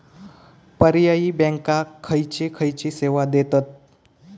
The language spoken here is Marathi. पर्यायी बँका खयचे खयचे सेवा देतत?